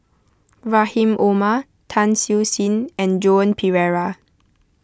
Rahim Omar Tan Siew Sin and Joan Pereira